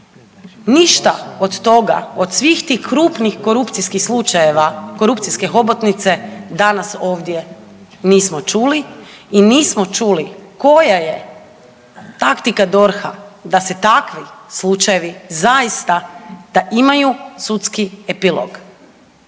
Ništa od toga od svih tih krupnih korupcijskih slučajeva korupcijske hobotnice danas ovdje nismo čuli i nismo čuli koja je taktika DORH-a da se takvi slučajevi zaista da imaju sudski epilog.